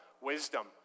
wisdom